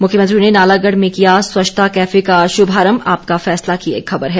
मुख्यमंत्री ने नालागढ़ में किया स्वच्छता कैफै का शुभारंभ आपका फैसला की खबर है